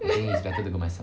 I think is better to go myself